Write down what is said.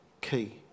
key